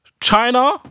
China